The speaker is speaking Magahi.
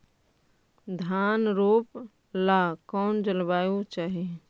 धान रोप ला कौन जलवायु चाही?